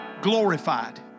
glorified